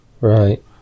right